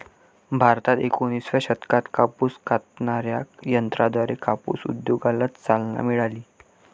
भारतात एकोणिसाव्या शतकात कापूस कातणाऱ्या यंत्राद्वारे कापूस उद्योगाला चालना मिळाली